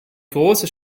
große